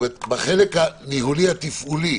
בחלק הניהולי התפעולי